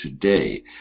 today